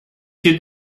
quai